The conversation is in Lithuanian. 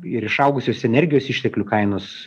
ir išaugusios energijos išteklių kainos